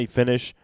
finish